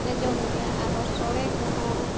ᱞᱮ ᱡᱚᱢ ᱜᱮᱭᱟ ᱟᱨᱦᱚᱸ ᱥᱳᱲᱮ ᱠᱚᱦᱚᱸ